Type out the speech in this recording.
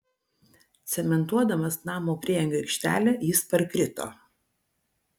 cementuodamas namo prieangio aikštelę jis parkrito